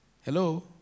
Hello